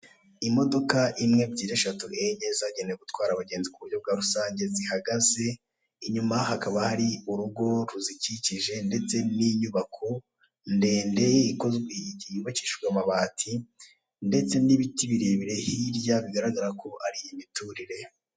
Imodoka imwe ebyiri eshatu enye zagenewe gutwara abagenzi ku buryo bwa rusange zihagaze inyuma hakaba hari urugo ruzikikije ndetse n'inyubako ndende ikozwe y'ubakikijwe amabati ndetse n'ibiti birebire hirya bigaragara ko ari imiturire.